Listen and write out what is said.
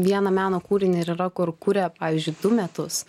vieną meno kūrinį ir yra kur kuria pavyzdžiui du metus